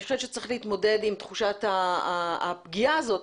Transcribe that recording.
חושבת שצריך להתמודד עם תחושת הפגיעה הזאת.